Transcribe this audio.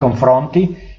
confronti